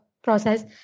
Process